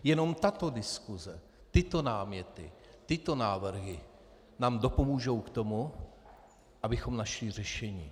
Jenom tato diskuse, tyto náměty, tyto návrhy nám dopomohou k tomu, abychom našli řešení.